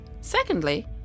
Secondly